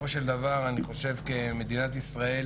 מדינת ישראל